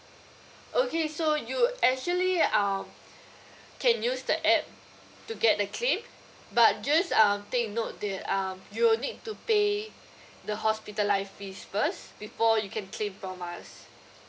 okay so you actually um can use the app to get the claim but just um take note that um you will need to pay the hospitalised fees first before you can claim from us